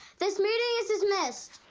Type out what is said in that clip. this meeting is dismissed.